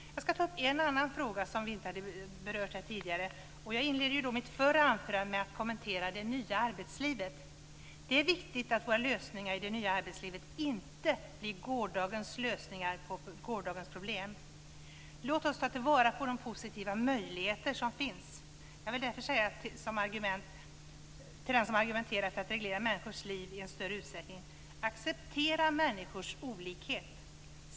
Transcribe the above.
Jag ska ta upp en annan fråga som vi inte har berört här tidigare. Jag inledde mitt förra anförande med att kommentera det nya arbetslivet. Det är viktigt att våra lösningar i det nya arbetslivet inte blir gårdagens lösningar på gårdagens problem. Låt oss ta till vara de positiva möjligheter som finns! Till den som argumenterar för att man ska reglera människors liv i en större utsträckning vill jag säga: Acceptera människors olikheter!